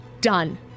done